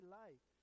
life